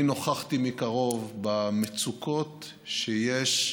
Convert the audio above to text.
אני נוכחתי מקרוב במצוקות שיש